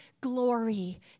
glory